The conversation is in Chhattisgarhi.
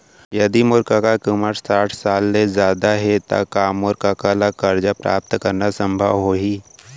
यदि मोर कका के उमर साठ साल ले जादा हे त का मोर कका ला कर्जा प्राप्त करना संभव होही